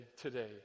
today